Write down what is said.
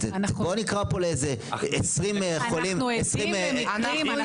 בואו נקרא פה לאיזה עשרים חולים --- אנחנו עדים למקרים,